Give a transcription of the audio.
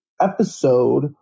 episode